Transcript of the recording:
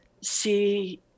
see